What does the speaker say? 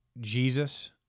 Jesus—